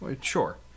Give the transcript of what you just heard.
Sure